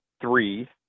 three